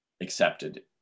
accepted